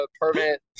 permit